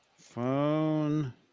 phone